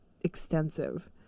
extensive